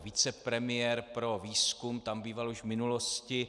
Vicepremiér pro výzkum tam býval už v minulosti.